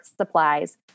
supplies